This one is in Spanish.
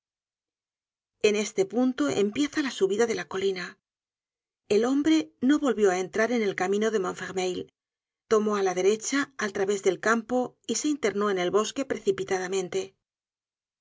en este punto empieza la subida dela colina el hombre no volvió á entrar en el camino de montfermeil tomó á la derecha al través del campo y se internó en el bosque